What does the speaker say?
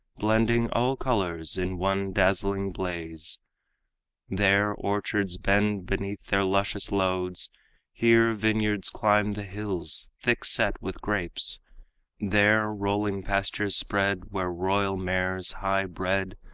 blending all colors in one dazzling blaze there orchards bend beneath their luscious loads here vineyards climb the hills thick set with grapes there rolling pastures spread, where royal mares, high bred,